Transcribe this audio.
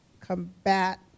combat